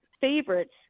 favorites